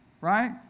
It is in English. right